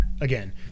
again